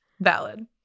valid